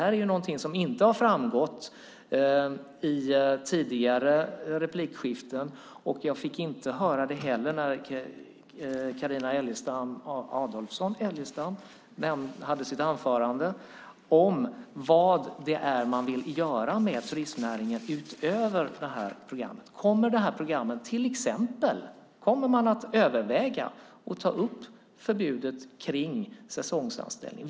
Och någonting som inte har framgått i tidigare replikskiften, och jag fick inte höra det heller när Carina Adolfsson Elgestam höll sitt anförande, är vad det är man vill göra med turistnäringen utöver det här programmet. Kommer man till exempel att överväga att ta upp förbudet mot säsongsanställning?